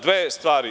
Dve stvari.